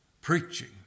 Preaching